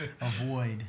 avoid